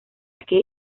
que